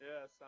Yes